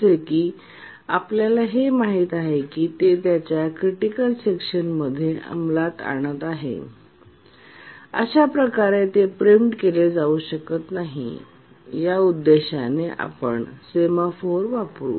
जसे की आपल्याला हे माहित आहे की ते त्याच्या क्रिटिकल सेक्शनमध्ये अंमलात आणत आहे अशाप्रकारे ते प्रिम्प्ट केले जाऊ शकत नाही आणि या उद्देशाने आपण सेमाफोर वापरू